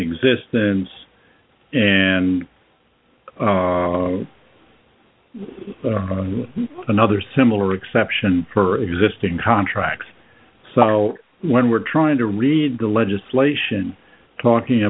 existence and another similar exception for existing contracts so when we're trying to read the legislation talking